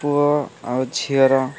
ପୁଅ ଆଉ ଝିଅର